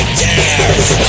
tears